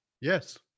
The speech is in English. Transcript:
Yes